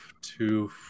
two